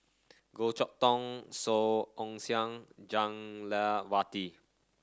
Goh Chok Tong Song Ong Siang Jah Lelawati